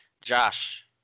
Josh